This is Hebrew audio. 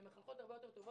הן מחנכות הרבה יותר טובות.